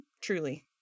truly